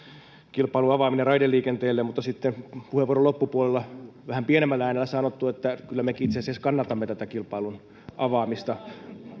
kilpailun avaaminen raideliikenteelle mutta sitten puheenvuoron loppupuolella vähän pienemmällä äänellä sanottu että kyllä mekin itse asiassa kannatamme tätä kilpailun avaamista